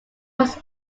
was